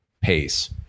pace